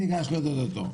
מי ניגש לעודד אותו?